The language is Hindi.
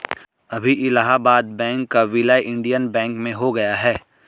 अभी इलाहाबाद बैंक का विलय इंडियन बैंक में हो गया है